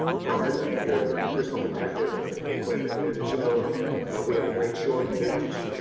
part of your personal protective equipment and as you know we have a great shortage.